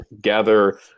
gather